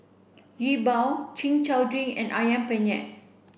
Yi Bua chin chow drink and Ayam Penyet